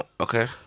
Okay